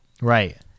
Right